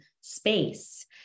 space